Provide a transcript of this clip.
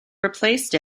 replaced